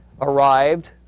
arrived